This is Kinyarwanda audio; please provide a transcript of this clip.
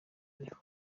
ariho